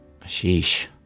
Sheesh